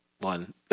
one